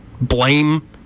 blame